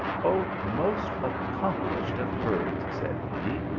oh most accomplished of birds, said he,